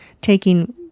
taking